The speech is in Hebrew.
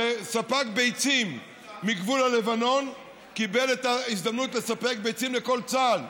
שספק ביצים מגבול הלבנון קיבל את ההזדמנות לספק ביצים לכל צה"ל.